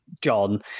John